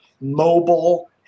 mobile